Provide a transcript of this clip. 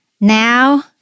Now